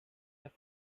that